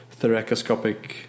thoracoscopic